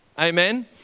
amen